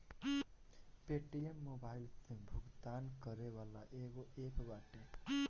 Paytm mobile से भुगतान करे वाला एगो एप्प बाटे